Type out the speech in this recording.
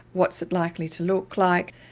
what's it likely to look like.